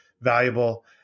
valuable